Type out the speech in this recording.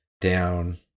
down